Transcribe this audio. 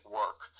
work